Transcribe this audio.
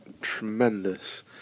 tremendous